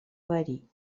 verí